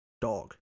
dog